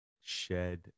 shed